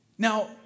Now